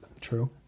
True